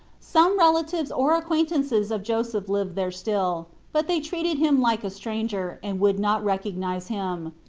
some relatives or acquaintances of joseph lived there still but they treated him like a stranger, and would not recognise him.